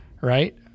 Right